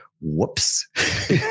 Whoops